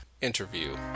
interview